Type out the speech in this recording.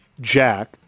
Jack